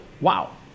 Wow